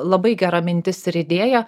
labai gera mintis ir idėja